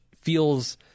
feels